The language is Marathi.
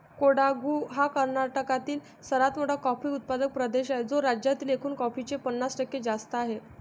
कोडागु हा कर्नाटकातील सर्वात मोठा कॉफी उत्पादक प्रदेश आहे, जो राज्यातील एकूण कॉफीचे पन्नास टक्के जास्त आहे